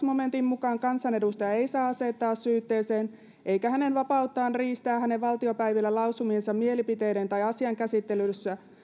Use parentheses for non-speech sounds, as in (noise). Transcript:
(unintelligible) momentin mukaan kansanedustajaa ei saa asettaa syytteeseen eikä hänen vapauttaan riistää hänen valtiopäivillä lausumiensa mielipiteiden tai asian käsittelyssä